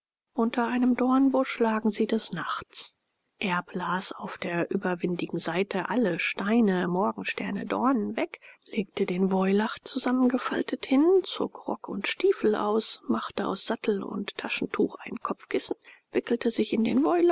unter einem dornbusch lagen sie des nachts erb las auf der überwindigen seite alle steine morgensterne dornen weg legte den woilach zusammengefaltet hin zog rock und stiefel aus machte aus sattel und taschentuch ein kopfkissen wickelte sich in den